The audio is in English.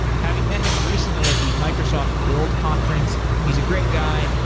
having met him recently at the microsoft build conference, he's a great guy,